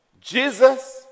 Jesus